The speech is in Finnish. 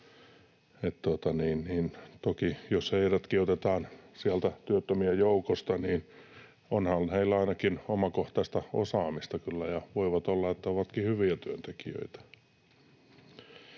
Toki jos heidät otetaankin sieltä työttömien joukosta, niin onhan heillä ainakin omakohtaista osaamista kyllä, ja voihan olla, että he ovatkin hyviä työntekijöitä.